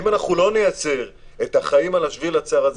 אם לא נייצר את החיים על השביל הצר הזה,